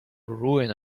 ruin